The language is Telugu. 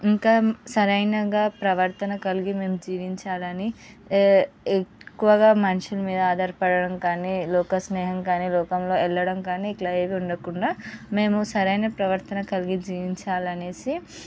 ఇంకా సరైన ప్రవర్తన కలిగి మేము జీవించాలని ఎక్కువగా మనుషుల మీద ఆధారపడటం కానీ లోక స్నేహం కానీ లోకంలో వెళ్ళడం కానీ ఇట్లా ఏవీ ఉండకుండా మేము సరైన ప్రవర్తన కలిగి జీవించాలి అనేసి